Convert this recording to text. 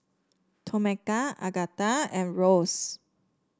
Tomeka Agatha and Rose